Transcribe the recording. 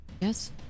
yes